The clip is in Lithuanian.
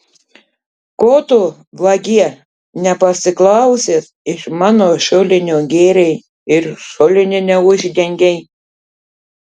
ko tu vagie nepasiklausęs iš mano šulinio gėrei ir šulinio neuždengei